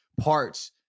parts